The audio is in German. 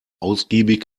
ausgiebig